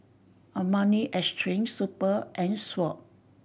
Armani Exchange Super and Swatch